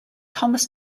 thomas